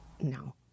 No